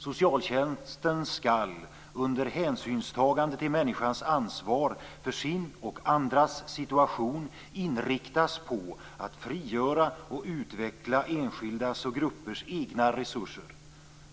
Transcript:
Socialtjänsten skall under hänsynstagande till människans ansvar för sin och andras situation inriktas på att frigöra och utveckla enskildas och gruppers egna resurser.